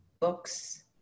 books